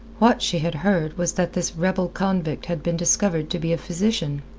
what she had heard was that this rebel-convict had been discovered to be a physician.